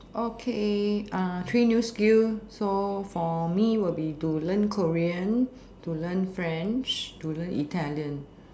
okay uh train new skill so for me will be to learn korean to learn french to learn italian